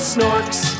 Snorks